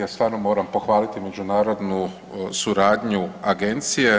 Ja stvarno moram pohvaliti međunarodnu suradnju Agencije.